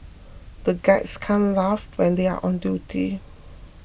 the guards can't laugh when they are on duty